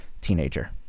teenager